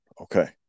Okay